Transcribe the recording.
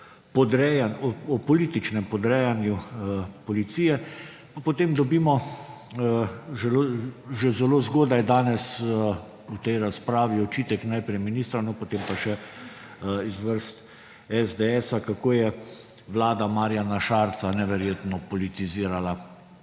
o političnem podrejanju policije, pa potem dobimo že zelo zgodaj danes v tej razpravi očitek najprej ministra, potem pa še iz vrst SDS, kako je vlada Marjana Šarca neverjetno politizirala